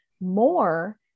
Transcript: more